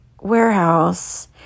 warehouse